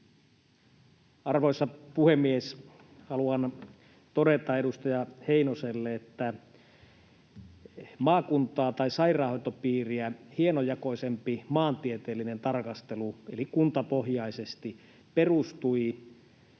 Arvoisa puhemies! Haluan todeta edustaja Heinoselle, että maakuntaa tai sairaanhoitopiiriä hienojakoisempi — eli kuntapohjainen — maantieteellinen tarkastelu perustui